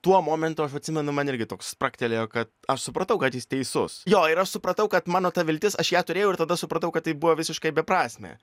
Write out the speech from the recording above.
tuo momentu aš atsimenu man irgi toks spragtelėjo kad aš supratau kad jis teisus jo ir aš supratau kad mano ta viltis aš ją turėjau ir tada supratau kad tai buvo visiškai beprasmė